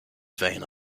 vein